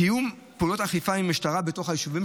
תיאום פעולות האכיפה עם המשטרה בתוך היישובים,